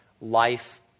life